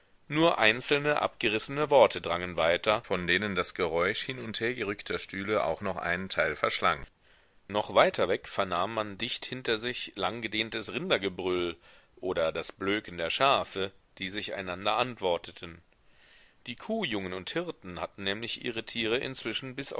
nur einzelne abgerissene worte drangen weiter von denen das geräusch hin und hergerückter stühle auch noch einen teil verschlang noch weiter weg vernahm man dicht hinter sich langgedehntes rindergebrüll oder das blöken der schafe die sich einander antworteten die kuhjungen und hirten hatten nämlich ihre tiere